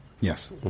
Yes